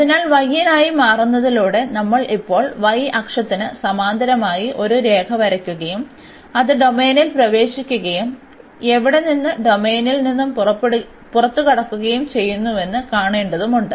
അതിനാൽ y നായി മാറുന്നതിലൂടെ നമ്മൾ ഇപ്പോൾ y അക്ഷത്തിന് സമാന്തരമായി ഒരു രേഖ വരയ്ക്കുകയും അത് ഡൊമെയ്നിൽ പ്രവേശിക്കുന്നതും എവിടെ നിന്ന് ഡൊമെയ്നിൽ നിന്ന് പുറത്തുകടക്കുകയും ചെയ്യുന്നുവെന്ന് കാണേണ്ടതുണ്ട്